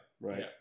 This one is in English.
Right